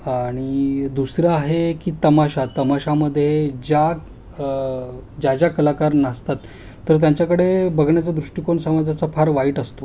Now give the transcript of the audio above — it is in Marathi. आणि दुसरं आहे की तमाशा तमाशामध्ये ज्या ज्या ज्या कलाकार नाचतात तर त्यांच्याकडे बघण्याचा दृष्टिकोन समाजाचा फार वाईट असतो